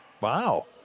Wow